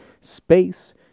space